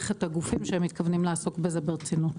את הגופים שהם מתכוונים לעסוק בזה ברצינות.